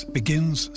begins